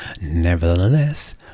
Nevertheless